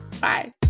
Bye